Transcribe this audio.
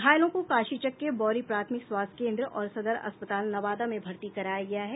घायलों को काशीचक के बौरी प्राथमिक स्वास्थ्य कोन्द्र और सदर अस्पताल नवादा में भर्ती कराया गया है